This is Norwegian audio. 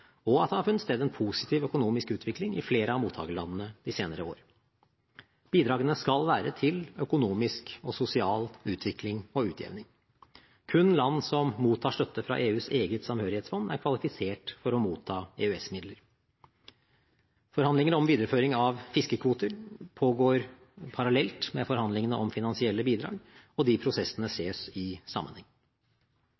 og at det har funnet sted en positiv økonomisk utvikling i flere av mottakerlandene de senere år. Bidragene skal være til økonomisk og sosial utvikling og utjevning. Kun land som mottar støtte fra EUs eget samhørighetsfond, er kvalifisert til å motta EØS-midler. Forhandlinger om videreføring av fiskekvoter pågår parallelt med forhandlingene om finansielle bidrag, og de prosessene